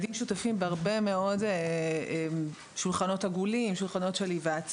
ילדים שותפים בהרבה מאוד שולחנות עגולים והיוועצות.